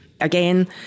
Again